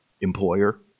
employer